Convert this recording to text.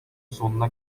sonuna